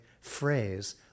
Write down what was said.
phrase